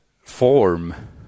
form